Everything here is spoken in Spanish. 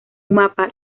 mapa